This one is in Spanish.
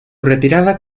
retirada